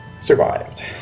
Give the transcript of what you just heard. Survived